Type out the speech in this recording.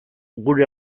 gure